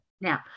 Now